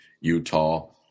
Utah